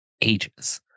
ages